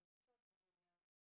sounds familiar